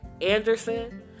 Anderson